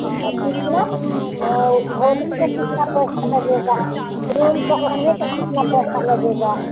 कितना भोजन का कितना पैसा लगेगा रूम का रहने का कितना पैसा लगेगा